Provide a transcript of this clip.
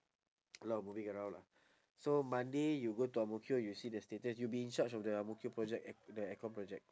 a lot of moving around lah so monday you go to ang mo kio you see the status you'll be in charge of the ang mo kio project air~ the aircon project